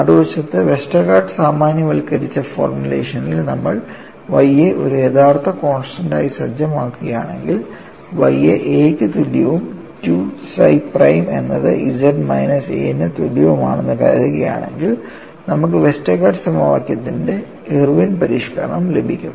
മറുവശത്ത് വെസ്റ്റർഗാർഡ് സാമാന്യവൽക്കരിച്ച ഫോർമുലേഷനിൽ നമ്മൾ Y യെ ഒരു യഥാർത്ഥ കോൺസ്റ്റൻസ് ആയി സജ്ജമാക്കുകയാണെങ്കിൽ Y യെ A യ്ക്ക് തുല്യവും 2 psi പ്രൈം എന്നത് Z മൈനസ് A ന് തുല്യവുമാണെന്ന് കരുതുകയാണെങ്കിൽ നമുക്ക് വെസ്റ്റർഗാർഡ് സമവാക്യത്തിന്റെ ഇർവിൻ പരിഷ്ക്കരണം ലഭിക്കും